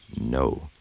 no